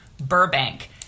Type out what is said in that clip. Burbank